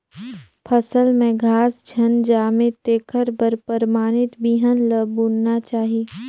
फसल में घास झन जामे तेखर बर परमानित बिहन ल बुनना चाही